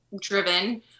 driven